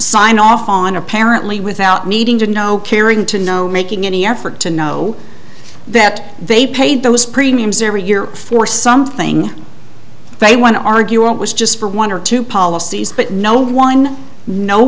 sign off on apparently without needing to know caring to know making any effort to know that they paid those premiums every year for something they want to argue it was just for one or two policies but no one no